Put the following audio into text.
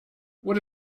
what